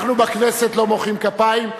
אנחנו בכנסת לא מוחאים כפיים,